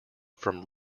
from